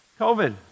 COVID